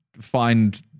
find